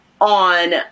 on